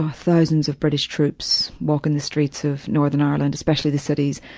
ah thousands of british troops walking the streets of northern ireland, especially the cities.